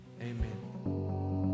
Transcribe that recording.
amen